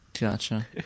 Gotcha